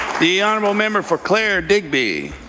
the honourable member for clare-digby.